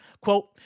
Quote